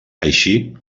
així